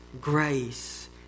grace